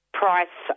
price